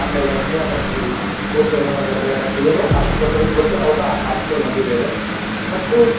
ಆಮೇಲೆ ಭಯ ಭಕ್ತಿ ಪೂಜ್ಯರುಗಳ ಬಗ್ಗೆ ಭಯ ಭಕ್ತಿ ಇವೆಲ್ಲ ಕಲಿಸಿಕೊಟ್ಟದ್ದನ್ನು ಇವತ್ತು ನಾವು ಸಹ ಪಾಲಿಸ್ಕೊಂಡು ಬಂದಿದ್ದೇವೆ ಮತ್ತು